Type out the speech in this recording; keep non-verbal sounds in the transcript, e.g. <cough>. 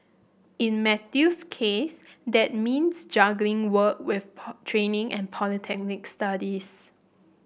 in Matthew's case that means juggling work with <unintelligible> training and polytechnic studies